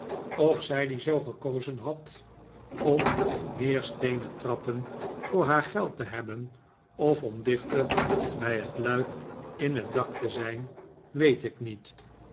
of zij die zoo gekozen had om meer steenen trappen voor haar geld te hebben of om dichter bij het luik in het dak te zijn weet ik niet